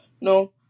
no